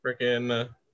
freaking